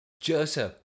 Joseph